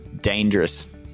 dangerous